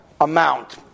amount